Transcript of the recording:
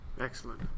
Excellent